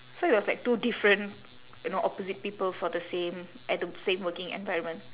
so it was like two different you know opposite people for the same at the same working environment